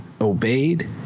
obeyed